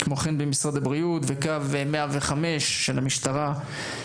כמו כן במשרד הבריאות וקו 105 של המשטרה.